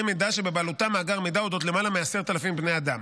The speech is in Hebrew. מידע שבבעלותם מאגר מידע על אודות למעלה מ-10,000 בני אדם.